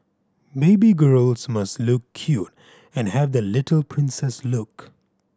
baby girls must look cute and have that little princess look